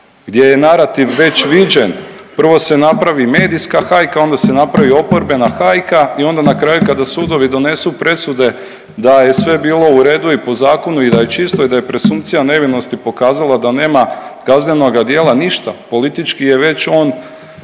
gdje je narativ već viđen, prvo se napravi medijska hajka, onda se napravi oporbena hajka i onda na kraju kada sudovi donesu presude, da je sve bilo u redu i po zakonu i da je čisto i da je presumpcija nevinosti pokazala da nema kaznenoga djela, ništa, politički je već on